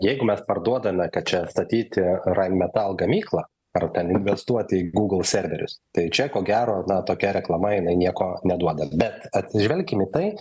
jeigu mes parduodame kad čia statyti rainmetal gamyklą ar ten investuoti į google serverius tai čia ko gero na tokia reklama jinai nieko neduoda bet atsižvelkim į tai